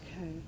okay